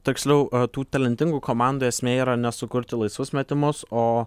tiksliau tų talentingų komandų esmė yra ne sukurti laisvus metimus o